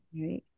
right